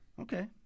Okay